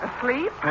Asleep